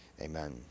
Amen